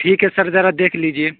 ٹھیک ہے سر ذرا دیکھ لیجیے